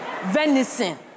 Venison